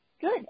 good